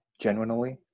genuinely